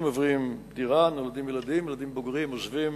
רצוני לשאול: